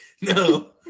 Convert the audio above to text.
no